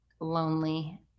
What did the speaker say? lonely